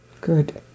Good